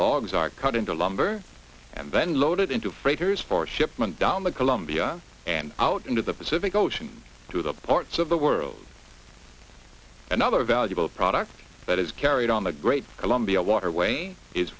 logs are cut into lumber and then loaded into freighters for shipment down the columbia and out into the pacific ocean to the parts of the world another valuable product that is carried on the great columbia waterway is